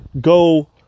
go